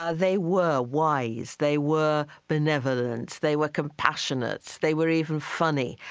ah they were wise. they were benevolent. they were compassionate. they were even funny.